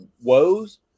woes